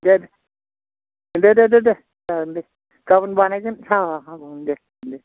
दे दे दे दे जागोन दे गाबोन बानायगोन साखाखौ ओं दे दे